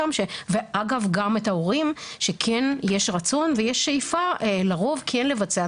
ואגב גם את ההורים שכן יש רצון ויש שאיפה לרוב כן לבצע.